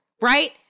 right